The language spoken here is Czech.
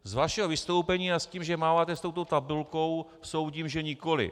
Z vašeho vystoupení a s tím, že máváte s touto tabulkou, soudím, že nikoliv.